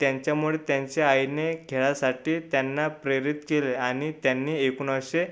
त्यांच्यामुळे त्यांच्या आईने खेळासाठी त्यांना प्रेरित केले आणि त्यांनी एकोणावीसशे